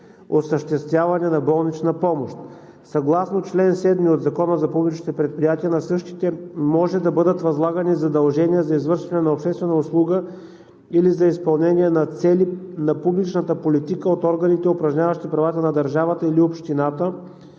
осъществяване на болнична помощ.